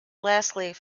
lastly